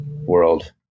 world